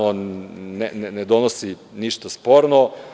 On ne donosi ništa sporno.